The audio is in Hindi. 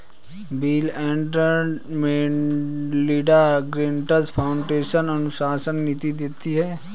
bill and Melinda Gates Foundation अनुसंधान निधि देती है